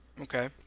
Okay